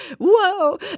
Whoa